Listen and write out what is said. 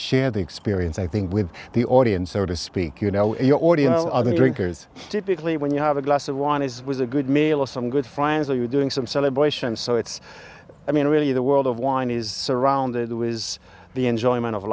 share the experience i think with the audience so to speak you know your audience and other drinkers typically when you have a glass of wine is was a good meal or some good friends are you doing some celebration so it's i mean really the world of wine is around it was the enjoyment of